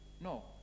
No